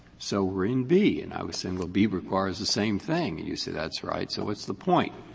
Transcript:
so we're in b. and i assume well, b requires the same thing and you say that's right. so what's the point?